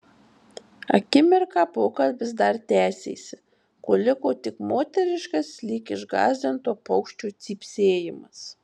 akimirką pokalbis dar tęsėsi kol liko tik moteriškas lyg išgąsdinto paukščio cypsėjimas